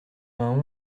vingt